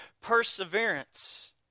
perseverance